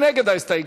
מי נגד ההסתייגות?